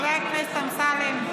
חבר הכנסת אמסלם,